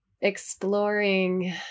exploring